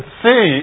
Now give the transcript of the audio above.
see